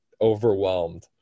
overwhelmed